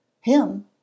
Him